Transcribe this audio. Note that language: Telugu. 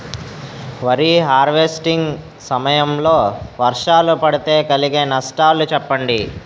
వరి హార్వెస్టింగ్ సమయం లో వర్షాలు పడితే కలిగే నష్టాలు చెప్పండి?